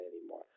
anymore